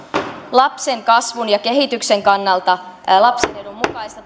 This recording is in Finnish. lapsen kasvun ja kehityksen kannalta lapsen edun mukaista